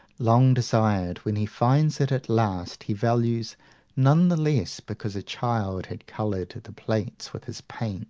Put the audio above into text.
long-desired, when he finds it at last, he values none the less because a child had coloured the plates with his paints